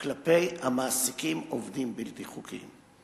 כלפי המעסיקים עובדים בלתי חוקיים.